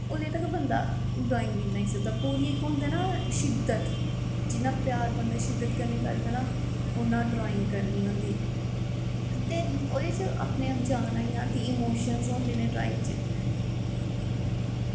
उसले तक बंदा ड्राईंग निं बनाई सकदा पूरी इक होंदा ना शिद्दत जियां प्यार बंदा शिद्दत कन्नै करदा ना उ'आं ड्राईंग करनी होंदी ते ओह्दे च अपने आप जान आई जंदी इमोशन्स होंदे न ड्राईंग च